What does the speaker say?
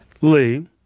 Lee